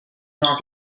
not